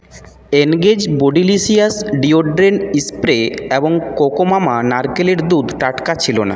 engage bodylicious deodorant spray এবং Coco Mama নারকেলের দুধ টাটকা ছিল না